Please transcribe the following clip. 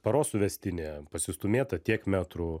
paros suvestinė pasistūmėta tiek metrų